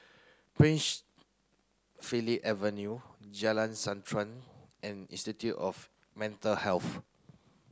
Prince Philip Avenue Jalan Srantan and Institute of Mental Health